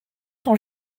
sont